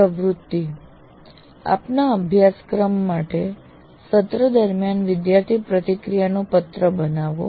પ્રવૃત્તિ આપના અભ્યાસક્રમ માટે સત્ર દરમિયાન વિદ્યાર્થી પ્રતિક્રિયાનું પત્ર બનાવો